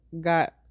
got